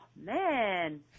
man